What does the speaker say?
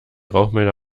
rauchmelder